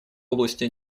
области